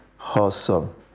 Awesome